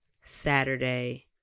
saturday